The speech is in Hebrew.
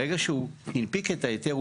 ברגע שהוא הנפיק את ההיתר,